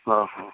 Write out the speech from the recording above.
ହଁ ହଁ ହଁ